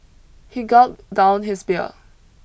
he gulped down his beer